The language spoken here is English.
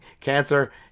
Cancer